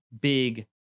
big